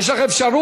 יש לך אפשרות,